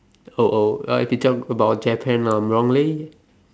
oh oh I become about Japan ah normally